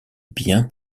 bien